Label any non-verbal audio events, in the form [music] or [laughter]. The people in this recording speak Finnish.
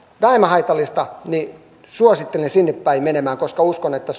vähemmän haitallista niin suosittelen sinnepäin menemään koska uskon että [unintelligible]